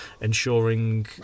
ensuring